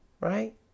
right